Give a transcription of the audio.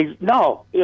No